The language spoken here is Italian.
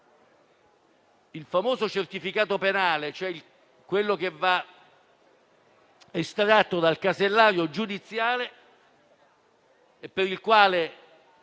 il famoso certificato penale, cioè quello che va estratto dal casellario giudiziale e che era